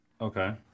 Okay